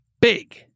Big